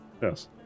Yes